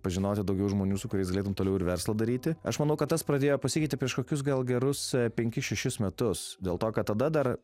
pažinoti daugiau žmonių su kuriais galėtum toliau ir verslą daryti aš manau kad tas pradėjo pasikeitė prieš kokius gal gerus penkis šešis metus dėl to kad tada dar